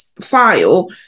file